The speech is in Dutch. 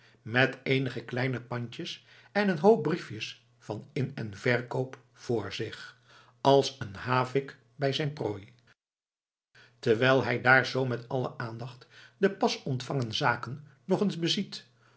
met eenige kleine pandjes en een hoop briefjes van in en verkoop vr zich als een havik bij zijn prooi terwijl hij daar zoo met alle aandacht de pas ontvangen zaken nog eens